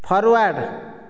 forward